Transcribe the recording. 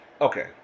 okay